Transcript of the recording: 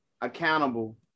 accountable